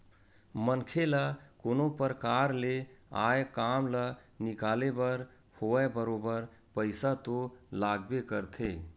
मनखे ल कोनो परकार ले आय काम ल निकाले बर होवय बरोबर पइसा तो लागबे करथे